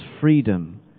freedom